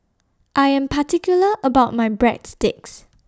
I Am particular about My Breadsticks